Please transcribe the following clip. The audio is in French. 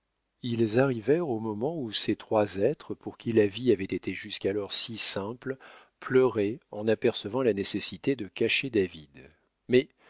ils arrivèrent au moment où ces trois êtres pour qui la vie avait été jusqu'alors si simple pleuraient en apercevant la nécessité de cacher david mais